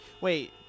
Wait